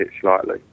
slightly